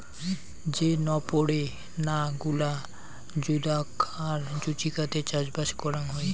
যে নপরে না গুলা জুদাগ আর জুচিকাতে চাষবাস করাং হই